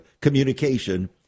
communication